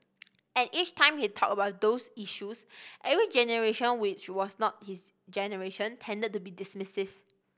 and each time he talked about those issues every generation which was not his generation tended to be dismissive